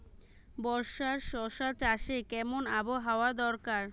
বর্ষার শশা চাষে কেমন আবহাওয়া দরকার?